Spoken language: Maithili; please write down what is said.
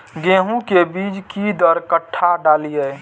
गेंहू के बीज कि दर कट्ठा डालिए?